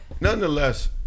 nonetheless